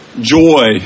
joy